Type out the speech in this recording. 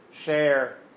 share